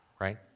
right